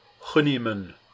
Honeyman